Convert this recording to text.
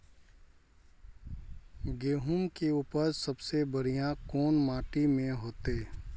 गेहूम के उपज सबसे बढ़िया कौन माटी में होते?